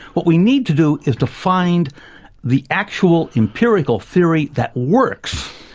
what we need to do is to find the actual empirical theory that works,